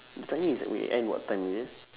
the timing is like we end what time is it